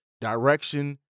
direction